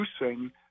reducing